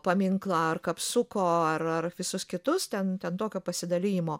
paminklą ar kapsuko ar ar visus kitus ten tokio pasidalijimo